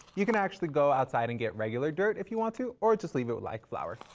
you can actually go outside and get regular dirt if you want to or just leave it like flour.